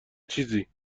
چیزی